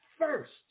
first